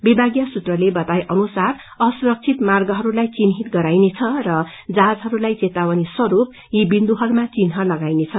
विभागीय सूत्रले बताए अनुसार असुरक्षित मार्गहरूलाई चिन्हित गराइनेछ र जहाजहरूलाई चेतावनीस्वरूप यी विन्दुहरूमा चिन्ह लगाइनेछ